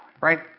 right